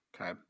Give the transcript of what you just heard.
Okay